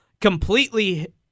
completely